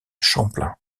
champlain